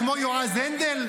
אתה כמו יועז הנדל,